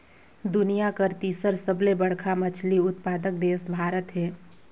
दुनिया कर तीसर सबले बड़खा मछली उत्पादक देश भारत हे